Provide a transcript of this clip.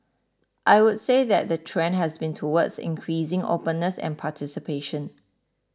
I would say that the trend has been towards increasing openness and participation